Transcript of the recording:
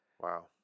Wow